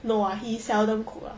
no ah he seldom cook ah